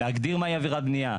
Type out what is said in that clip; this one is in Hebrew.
להגדיר מהי עבירת בנייה.